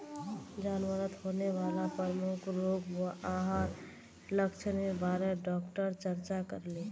जानवरत होने वाला प्रमुख रोग आर वहार लक्षनेर बारे डॉक्टर चर्चा करले